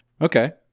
Okay